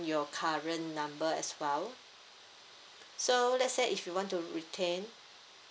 your current number as well so let say if you want to retain